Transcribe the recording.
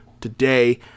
today